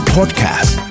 Podcast